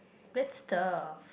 that's tough